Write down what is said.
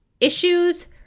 issues